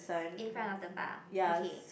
in front of the bar okay